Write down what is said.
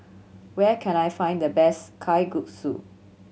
where can I find the best Kalguksu